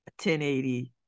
1080